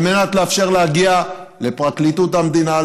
על מנת לאפשר להגיע לפרקליטות המדינה,